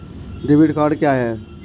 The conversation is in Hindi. डेबिट कार्ड क्या है?